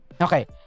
Okay